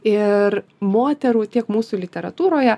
ir moterų tiek mūsų literatūroje